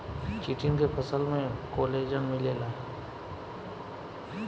chitin के फसल में कोलेजन मिलेला